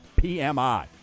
PMI